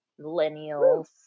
Millennials